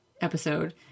episode